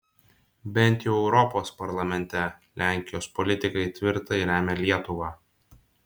bent jau europos parlamente lenkijos politikai tvirtai remia lietuvą